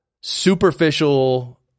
superficial